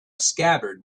scabbard